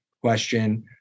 question